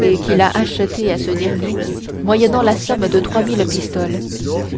et qu'il a acheté à ce dernier moyennant la somme de trois mille pistoles